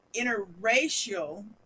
interracial